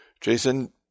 Jason